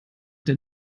der